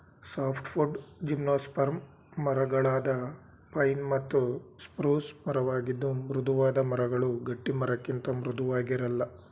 softwood gymnosperm ಮರಗಳಾದ pine ಮತ್ತು spruce ಮರವಾಗಿದ್ದು ಮೃದುವಾದ ಮರಗಳು ಗಟ್ಟಿಮರಕ್ಕಿಂತ ಮೃದುವಾಗಿರಲ್ಲ